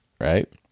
Right